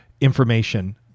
information